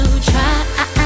Try